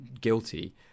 guilty